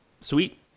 Sweet